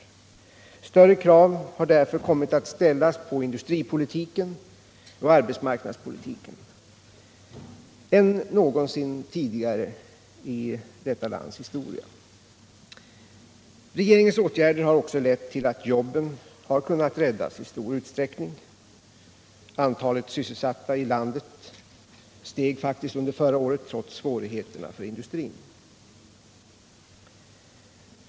Större krav än någon gång tidigare i detta lands historia har därför kommit att ställas på industripolitiken och arbetsmarknadspolitiken. Regeringens åtgärder har också lett till att jobben i stor utsträckning har kunnat räddas. Antalet sysselsatta i landet steg faktiskt under förra året, trots svårigheterna för industrin.